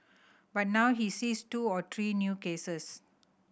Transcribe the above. but now he sees two or three new cases